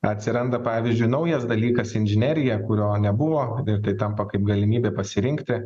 atsiranda pavyzdžiui naujas dalykas inžinerija kurio nebuvo ir tai tampa kaip galimybė pasirinkti